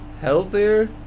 Healthier